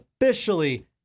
officially